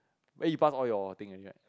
ray you pass all your thing already right